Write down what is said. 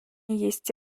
есть